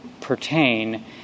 pertain